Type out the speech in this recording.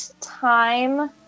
time